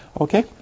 Okay